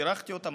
בירכתי אותם,